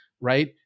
right